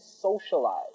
socialize